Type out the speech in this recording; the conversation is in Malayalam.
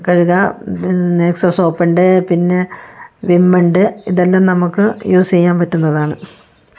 കഴുകാം എക്സോ സോപ്പ് ഉണ്ട് പിന്നെ വിം ഉണ്ട് ഇതെല്ലാം നമുക്ക് യൂസ് ചെയ്യാൻ പറ്റുന്നതാണ്